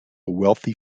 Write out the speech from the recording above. wealthy